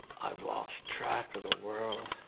i've lost track of the world?